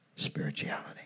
spirituality